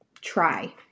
try